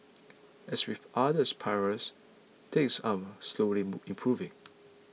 as with others pries things are slowly improving